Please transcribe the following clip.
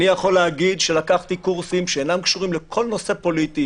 אני יכול להגיד שלקחתי קורסים שאינם קשורים לכל נושא פוליטי.